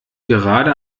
gerade